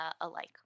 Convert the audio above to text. alike